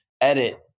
edit